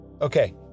Okay